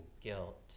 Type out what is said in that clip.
guilt